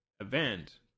event